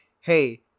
hey